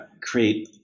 create